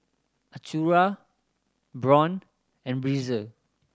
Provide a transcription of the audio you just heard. Acura Braun and Breezer